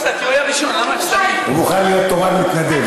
אני מוכן, הוא מוכן להיות תורן מתנדב.